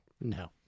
No